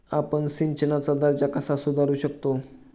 आपण सिंचनाचा दर्जा कसा सुधारू शकतो?